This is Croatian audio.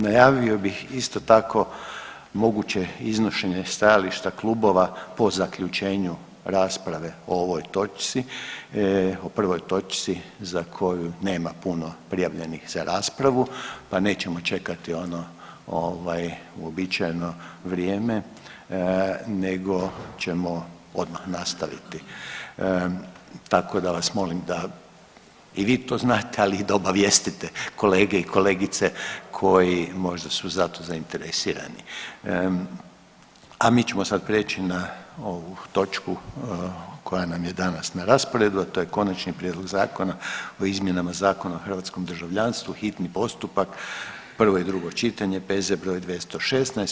Najavio bih isto tako moguće iznošenje stajališta klubova po zaključenju rasprave o ovoj točci, o prvoj točci za koju nema puno prijavljenih za raspravu, pa nećemo čekati ono ovaj uobičajeno vrijeme nego ćemo odmah nastaviti, tako da vas molim da i vi to znate, ali i da obavijestite kolege i kolegice koji možda su za to zainteresirani, a mi ćemo prijeći na ovu točku koja nam je danas na raspravi, a to je: - Konačni prijedlog zakona o izmjenama Zakona o hrvatskom državljanstvu, hitni postupak, prvo i drugo čitanje, P.Z. br. 216.